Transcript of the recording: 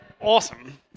awesome